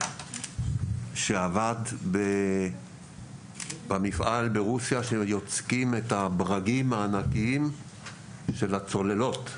שעבד במפעל ברוסיה שם יוצקים את הברגים הענקיים של הצוללות.